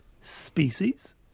species